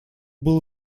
был